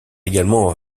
également